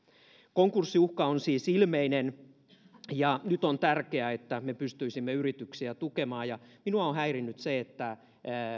konkurssiuhka on siis ilmeinen ja nyt on tärkeää että me pystyisimme yrityksiä tukemaan minua on häirinnyt se että